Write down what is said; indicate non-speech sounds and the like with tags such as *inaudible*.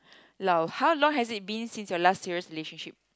*breath* how long has it been since your last serious relationship